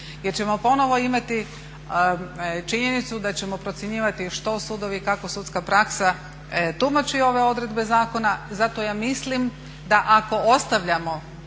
jer ćemo ponovno imati činjenicu da ćemo procjenjivati što sudovi i kako sudska praksa tumači ove odredbe zakona. Zato ja mislim da ako ostavljamo